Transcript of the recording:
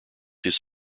his